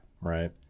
right